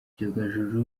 ibyogajuru